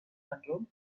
control